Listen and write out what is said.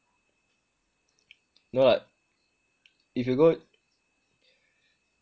no [what] if you go